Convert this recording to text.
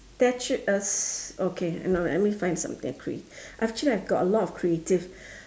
statue a s~ okay let me find something create~ actually I've got a lot of creative